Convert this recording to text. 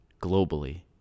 globally